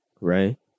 right